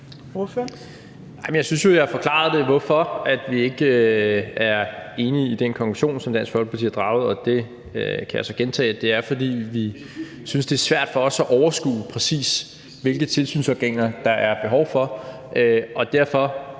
Jeg synes jo, at jeg forklarede, hvorfor vi ikke er enige i den konklusion, som Dansk Folkeparti har draget, og det kan jeg så gentage. Det er, fordi vi synes, det er svært for os at overskue, præcis hvilke tilsynsorganer der er behov for. Og derfor